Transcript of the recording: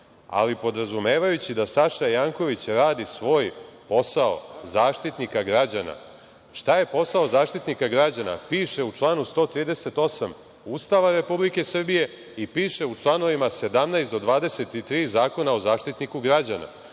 ali podrazumevajući da Saša Janković radi svoj posao Zaštitnika građana. Šta je posao Zaštitnika građana piše u članu 138. Ustava Republike Srbije i piše u čl. 17. do 23. Zakona o Zaštitniku građana.